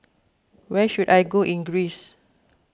where should I go in Greece